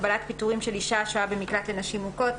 הגבלת פיטורים של אישה השוהה במקלט לנשים מוכות),